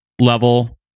level